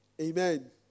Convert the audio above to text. Amen